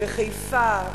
בחיפה,